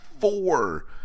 Four